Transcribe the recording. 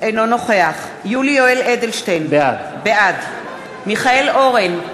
אינו נוכח יולי יואל אדלשטיין, בעד מיכאל אורן,